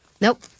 Nope